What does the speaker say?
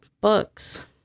books